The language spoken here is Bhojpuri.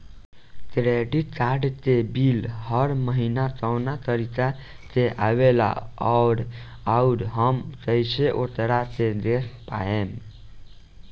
क्रेडिट कार्ड के बिल हर महीना कौना तारीक के आवेला और आउर हम कइसे ओकरा के देख पाएम?